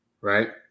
right